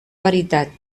veritat